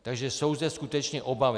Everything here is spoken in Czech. Takže jsou zde skutečně obavy.